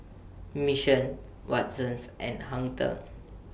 Mission Watsons and Hang ten